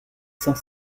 cent